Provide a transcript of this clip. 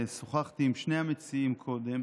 שוחחתי עם שני המציעים קודם.